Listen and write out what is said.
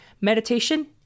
meditation